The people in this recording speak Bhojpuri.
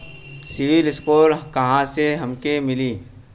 सिविल स्कोर कहाँसे हमके मिली?